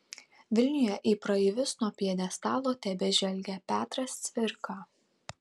vilniuje į praeivius nuo pjedestalo tebežvelgia petras cvirka